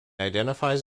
identifies